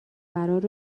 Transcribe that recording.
فرار